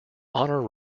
honour